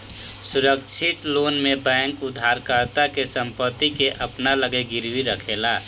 सुरक्षित लोन में बैंक उधारकर्ता के संपत्ति के अपना लगे गिरवी रखेले